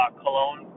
cologne